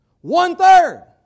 One-third